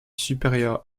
supérieur